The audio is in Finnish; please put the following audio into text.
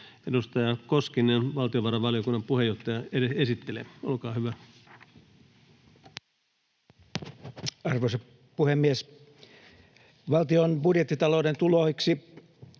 Edustaja Koskinen, valtiovarainvaliokunnan puheenjohtaja, esittelee. Olkaa hyvä. Arvoisa puhemies! Valtion budjettitalouden tuloiksi